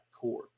core